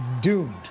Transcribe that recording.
doomed